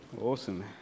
Awesome